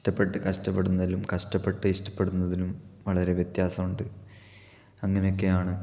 ഇഷ്ടപ്പെട്ട് കഷ്ടപ്പെടുന്നതിലും കഷ്ടപ്പെട്ട് ഇഷ്ടപ്പെടുന്നതിനും വളരെ വ്യത്യാസമുണ്ട് അങ്ങനെ ഒക്കെയാണ്